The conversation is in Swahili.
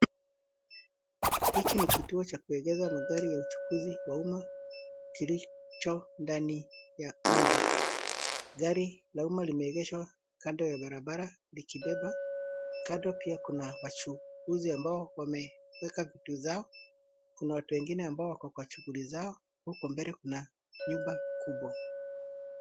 Hiki ni kituo cha kuegesha magari ya uchukuzi wa umma kilicho ndani wa mji. Gari la umma limeegeshwa kando ya barabara likibeba. Kando pia kuna wachuuzi ambao wameweka vitu vyao. Kuna watu wengine ambao wako kwa shughuli zao, huko mbele kuna nyumba kubwa.